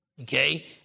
Okay